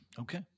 Okay